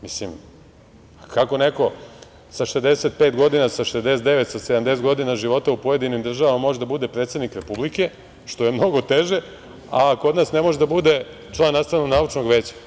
Mislim, kako neko sa 65 godina, sa 69, sa 70 godina života u pojedinim državama može da bude predsednik Republike, što je mnogo teže, a kod nas ne može da bude član nastavno-naučnog veća.